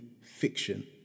fiction